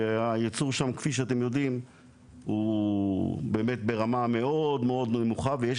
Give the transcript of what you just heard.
שהייצור שם כפי שאתם יודעים הוא באמת ברמה מאוד מאד נמוכה ויש